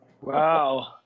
Wow